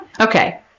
Okay